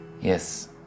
Yes